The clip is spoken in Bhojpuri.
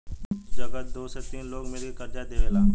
कुछ जगह दू से तीन लोग मिल के कर्जा देवेला